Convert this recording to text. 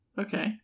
Okay